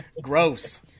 gross